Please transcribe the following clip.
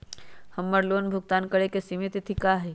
हमर लोन भुगतान करे के सिमित तिथि का हई?